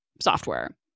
software